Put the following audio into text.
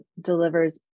delivers